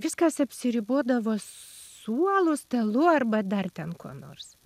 viskas apsiribodavo suolu stalu arba dar ten kuo nors